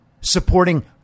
supporting